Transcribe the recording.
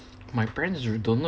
my friends